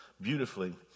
beautifully